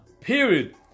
Period